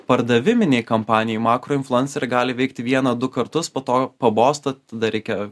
pardaviminei kampanijai makro influenceriai gali veikti vieną du kartus po to pabosta tada reikia